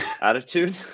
attitude